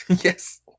yes